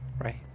right